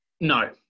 no